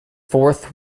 fourth